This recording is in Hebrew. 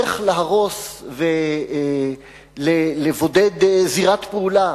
איך להרוס ולבודד זירת פעולה,